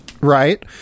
right